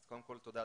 אז קודם כל תודה,